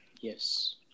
Yes